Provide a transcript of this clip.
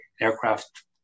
aircraft